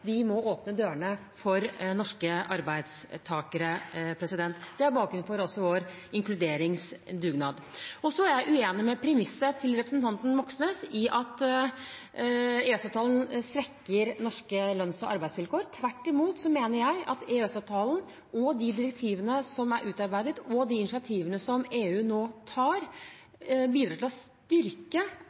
må åpne dørene for norske arbeidstakere. Det er også bakgrunnen for vår inkluderingsdugnad. Så er jeg uenig i premisset til representanten Moxnes, at EØS-avtalen svekker norske lønns- og arbeidsvilkår. Tvert imot mener jeg at EØS-avtalen og de direktivene som er utarbeidet, og de initiativene som EU nå tar, bidrar til å styrke